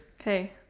Okay